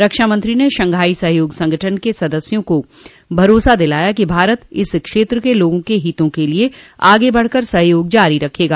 रक्षामंत्री ने शंघाई सहयोग संगठन के सदस्या को भरोसा दिलाया कि भारत इस क्षेत्र के लोगों के हितों के लिए आगे बढ़कर सहयोग जारी रखेगा